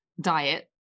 diet